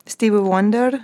stevie wonder